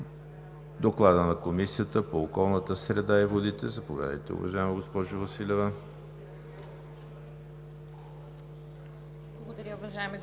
Доклад на Комисията по околната среда и водите. Заповядайте, уважаема госпожо Василева.